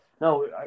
no